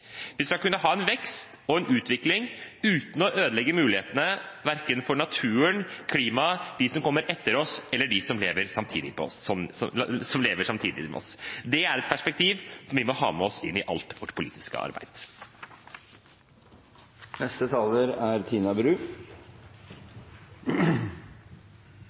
Vi skal kunne ha en vekst og en utvikling uten å ødelegge mulighetene verken for naturen, klimaet, dem som kommer etter oss, eller dem som lever samtidig med oss. Det er et perspektiv som vi må ha med oss inn i alt vårt politiske arbeid. Representantforslaget vi har til behandling i dag, er